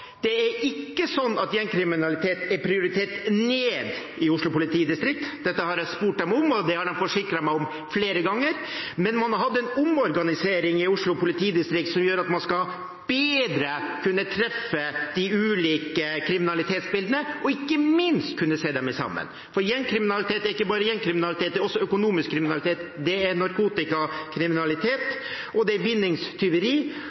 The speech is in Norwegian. det er ikke sånn at gjengkriminalitet er prioritert ned i Oslo politidistrikt. Dette har jeg spurt dem om, og det har de forsikret meg om flere ganger. Men man hadde en omorganisering i Oslo politidistrikt som gjør at man bedre skal kunne treffe de ulike kriminalitetsbildene og ikke minst kunne se dem sammen. Gjengkriminalitet er ikke bare gjengkriminalitet, det er også økonomisk kriminalitet, det er